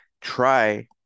try